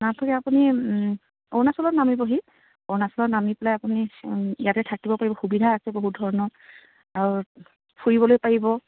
তাৰ উপৰি আপুনি অৰুণাচলত নামিবহি অৰুণাচলৰ নামি পেলাই আপুনি ইয়াতে থাকিব পাৰিব সুবিধা আছে বহুত ধৰণৰ আৰু ফুৰিবলৈ পাৰিব